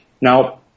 Now